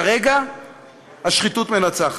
כרגע השחיתות מנצחת.